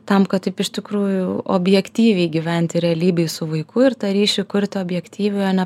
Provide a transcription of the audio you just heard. tam kad taip iš tikrųjų objektyviai gyventi realybėj su vaiku ir tą ryšį kurti objektyviai o ne